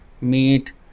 meat